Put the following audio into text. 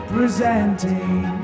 Presenting